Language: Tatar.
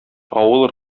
авыл